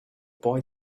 boy